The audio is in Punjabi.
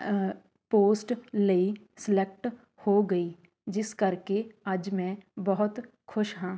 ਪੋਸਟ ਲਈ ਸਲੈਕਟ ਹੋ ਗਈ ਜਿਸ ਕਰਕੇ ਅੱਜ ਮੈਂ ਬਹੁਤ ਖੁਸ਼ ਹਾਂ